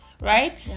Right